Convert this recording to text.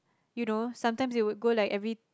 you know sometimes you would go like every